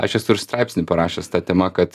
aš esu ir straipsnį parašęs ta tema kad